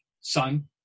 son